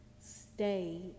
stay